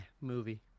movie